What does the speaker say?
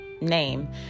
name